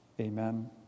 Amen